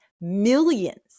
millions